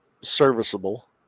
serviceable